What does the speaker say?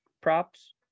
props